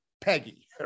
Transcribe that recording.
Peggy